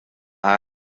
ha